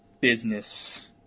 business